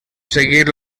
seguir